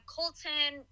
Colton